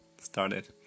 started